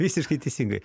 visiškai teisingai